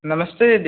नमस्ते दीदी